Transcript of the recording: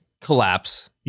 collapse